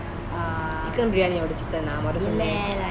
chicken briyani or chicken னு சொல்லு:na sollu